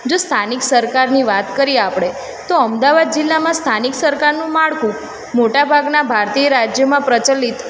જો સ્થાનિક સરકારની વાત કરીએ આપણે તો અમદાવાદ જિલ્લામાં સ્થાનિક સરકારનું માળખું મોટા ભાગનાં ભારતીય રાજ્યમાં પ્રચલિત